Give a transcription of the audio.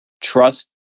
trust